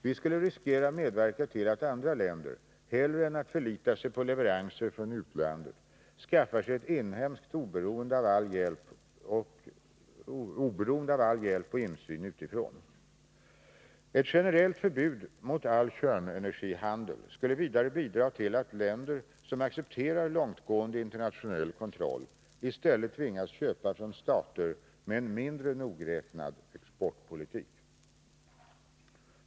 Vi skulle riskera att medverka till att andra länder, hellre än att förlita sig på leveranser från utlandet, skaffar sig ett inhemskt oberoende av all hjälp och insyn utifrån. Ett generellt förbud mot all kärnenergihandel skulle vidare bidra till att länder som accepterar långtgående internationell kontroll i stället tvingas köpa från stater med en mindre nogräknad exportpolitik.